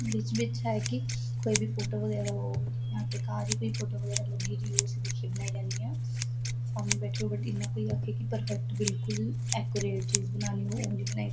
बिच बिच है कि कोई बी फोटो गे कोई फोटो बगैरा लग्गी दी होऐ उसी दिक्खियै बनाई लेनी हा सामने बेठाइयै इयां कि बिल्कुल प्रफैक्ट एकोरेट चीज बनानी ओह नेई बनाई सकदी